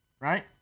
right